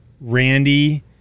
Randy